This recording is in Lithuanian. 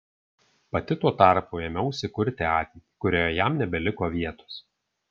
pati tuo tarpu ėmiausi kurti ateitį kurioje jam nebeliko vietos